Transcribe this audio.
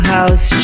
House